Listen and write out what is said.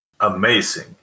amazing